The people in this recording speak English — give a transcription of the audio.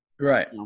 right